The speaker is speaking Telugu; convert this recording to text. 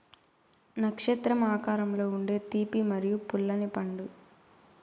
నక్షత్రం ఆకారంలో ఉండే తీపి మరియు పుల్లని పండు